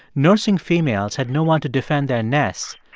nursing females had no one to defend their nests,